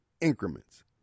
increments